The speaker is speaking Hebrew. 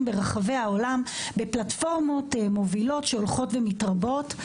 ברחבי העולם בפלטפורמות מובילות שהולכות ומתרבות.